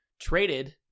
traded